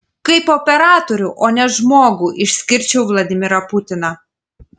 kaip operatorių o ne žmogų išskirčiau vladimirą putiną